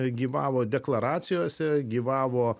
gyvavo deklaracijose gyvavo